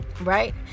Right